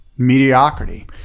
mediocrity